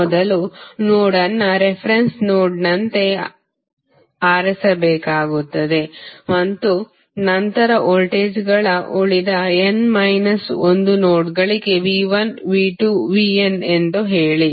ಮೊದಲು ನೋಡ್ ಅನ್ನು ರೆಫರೆನ್ಸ್ ನೋಡ್ನಂತೆ ಆರಿಸಬೇಕಾಗುತ್ತದೆ ಮತ್ತು ನಂತರ ವೋಲ್ಟೇಜ್ಗಳನ್ನು ಉಳಿದ n ಮೈನಸ್ ಒಂದು ನೋಡ್ಗಳಿಗೆ V1 V2 Vn ಎಂದು ಹೇಳಿ